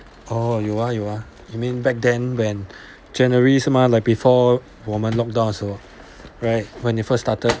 orh 有啊有啊 you mean back then when january 是吗 like before 我们 lock down 的时候 right when it first started